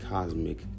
Cosmic